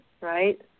right